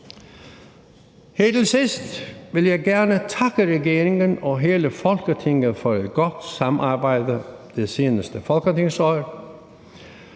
Her til sidst vil jeg gerne takke regeringen og hele Folketinget for et godt samarbejde det seneste folketingsår.